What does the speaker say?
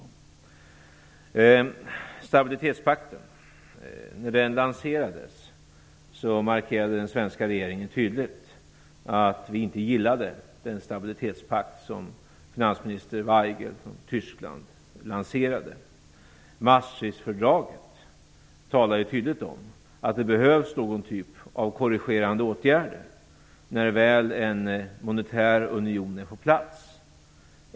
När stabilitetspakten lanserades markerade den svenska regeringen tydligt att vi inte gillade den stabilitetspakt som finansminister Waigel från Tyskland lanserade. Maastrichtfördraget talar ju tydligt om att det behövs någon typ av korrigerande åtgärder när väl en monetär union är på plats.